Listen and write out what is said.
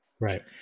Right